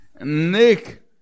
Nick